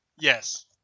yes